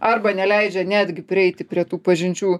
arba neleidžia netgi prieiti prie tų pažinčių